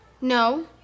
no